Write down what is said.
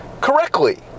correctly